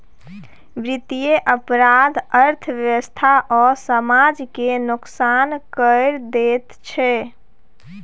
बित्तीय अपराध अर्थव्यवस्था आ समाज केँ नोकसान कए दैत छै